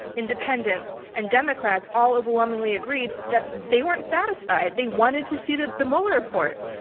independents, and democrats all overwhelmingly agreed that they weren't satisfied. they wanted to see the the mueller report.